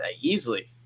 easily